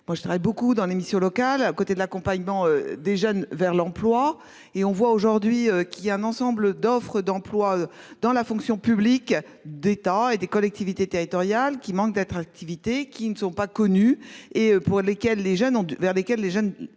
Moi je travaille beaucoup dans les missions locales à côté de l'accompagnement des jeunes vers l'emploi et on voit aujourd'hui qu'il y a un ensemble d'offres d'emplois dans la fonction publique d'État et des collectivités territoriales qui manque d'attractivité qui ne sont pas connues et pour lesquelles les jeunes